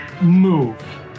move